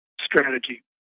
strategy